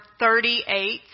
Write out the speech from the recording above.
38